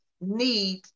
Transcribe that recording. need